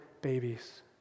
babies